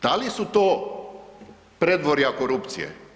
Da li su to predvorja korupcije?